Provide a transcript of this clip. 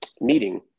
meeting